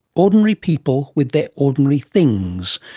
ordinary people with their ordinary things,